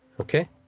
Okay